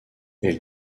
elle